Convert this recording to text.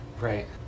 right